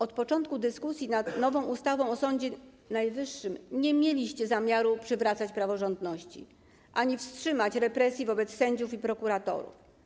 Od początku dyskusji nad nową ustawą o Sądzie Najwyższym nie mieliście zamiaru przywracać praworządności ani wstrzymać represji wobec sędziów i prokuratorów.